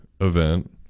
event